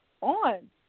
on